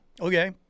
Okay